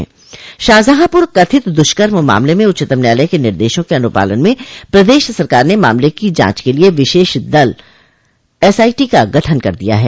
bite Shahjahanpur कथित दुष्कर्म मामले में उच्चतम न्यायालय के निर्देशों के अनुपालन में प्रदेश सरकार ने मामले की जांच के लिये विशेष जांच दल एसआईटी का गठन कर दिया है